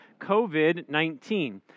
COVID-19